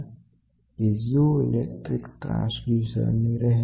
હવે પછીની ચર્ચા પીઝો ઈલેક્ટ્રીક ટ્રાન્સડ્યુસર ની રહેશે